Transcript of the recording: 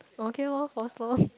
okay lor force lor